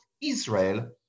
Israel